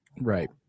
Right